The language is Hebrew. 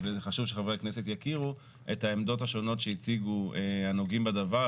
וחשוב שחברי הכנסת יכירו את העמדות השונות שהציגו הנוגעים בדבר,